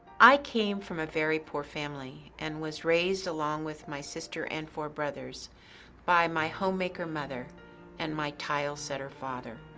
i came from a very poor family and was raised along with my sister and four brothers by my homemaker mother and my tile-setter father.